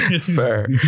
Fair